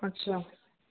अछा